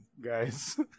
guys